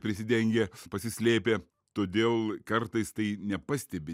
prisidengę pasislėpę todėl kartais tai nepastebi